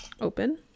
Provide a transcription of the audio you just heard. Open